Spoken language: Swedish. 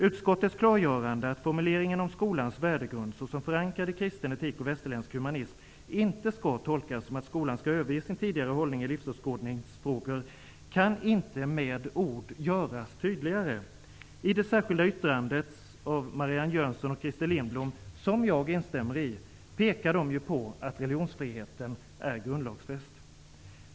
Utskottets klargörande, att formuleringen om skolans värdegrund såsom förankrad i kristen etik och västerländsk humanism inte skall tolkas som att skolan skall överge sin tidigare hållning i livsåskådningsfrågor, kan inte med ord göras tydligare. I det särskilda yttrandet av Marianne Jönsson och Christer Lindblom, som jag instämmer i, pekar de ju på att religionsfriheten är grundlagsfäst.